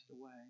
away